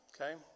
Okay